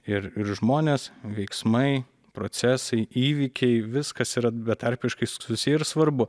ir ir žmonės veiksmai procesai įvykiai viskas yra betarpiškai susiję ir svarbu